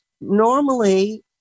normally